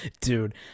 Dude